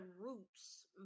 roots